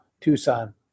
Tucson